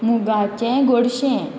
मुगाचें गोडशें